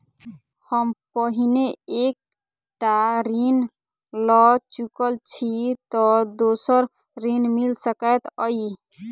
हम पहिने एक टा ऋण लअ चुकल छी तऽ दोसर ऋण मिल सकैत अई?